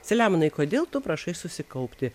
selemonai kodėl tu prašai susikaupti